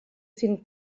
think